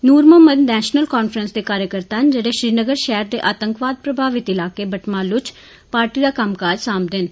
नूर मोहम्मद नैशनल कांफ्रेस दे कार्यकर्ता न जेड़े श्रीनगर शैहर दे आतंकवाद प्रभावित इलाकें बटमालू च पार्टी दा कम्मकाज सांभदे न